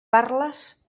parles